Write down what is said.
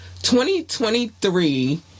2023